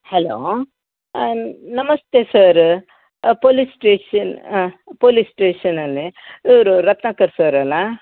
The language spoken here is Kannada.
ಹಲೋ ಹಾಂ ನಮಸ್ತೆ ಸರ್ ಪೋಲಿಸ್ ಸ್ಟೇಷನ್ ಪೋಲಿಸ್ ಸ್ಟೇಷನನೆ ಇವರು ರತ್ನಾಕರ್ ಸರ್ ಅಲ್ಲಾ